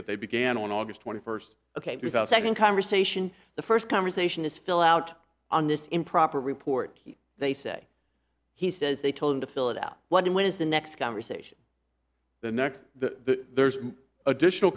but they began on august twenty first ok two thousand conversation the first conversation is fill out on this improper report they say he says they told him to fill it out what when is the next conversation the next that there's additional